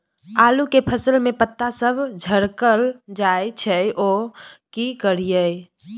आलू के फसल में पता सब झरकल जाय छै यो की करियैई?